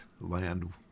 land